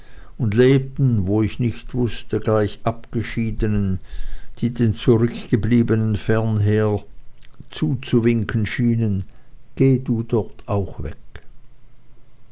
und lebten wo ich nicht wußte gleich abgeschiedenen die dem zurückgebliebenen fernher zuzuwinken schienen geh du dort auch weg